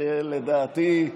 שלדעתי,